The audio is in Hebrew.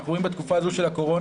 אנחנו רואים בתקופה הזו של הקורונה,